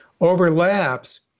overlaps